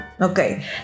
okay